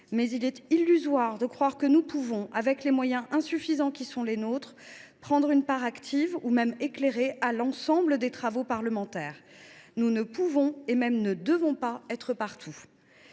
il est illusoire de croire que nous pouvons, avec les moyens insuffisants qui sont les nôtres, prendre une part active ou même éclairée à l’ensemble des travaux parlementaires. Nous ne pouvons pas et même nous ne devons pas être partout.